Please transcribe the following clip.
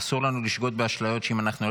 אסור לנו לשגות באשליות שאם אנחנו נלך